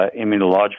immunological